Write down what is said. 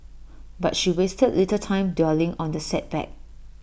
but she wasted little time dwelling on the setback